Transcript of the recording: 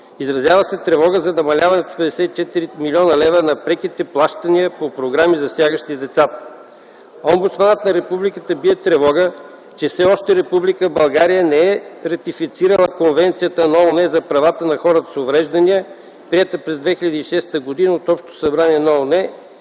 Изразява се тревога за намаляването с 54 млн. лв. на преките плащания по програми, засягащи децата. Омбудсманът на Републиката бие тревога, че все още Република България не е ратифицирала Конвенцията на ООН за правата на хората с увреждания, приета през 2006 г. от Общото събрание на ООН